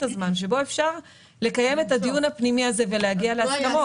הזמן שבו אפשר לקיים את הדיון הפנימי הזה ולהגיע להסכמות.